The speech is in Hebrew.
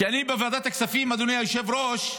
אני בוועדת הכספים, אדוני היושב-ראש,